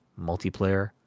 multiplayer